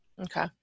Okay